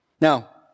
Now